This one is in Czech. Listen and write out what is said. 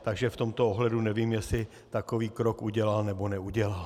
Takže v tomto ohledu nevím, jestli takový krok udělal, nebo neudělal.